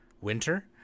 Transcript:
winter